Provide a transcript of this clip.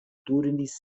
turnis